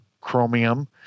Chromium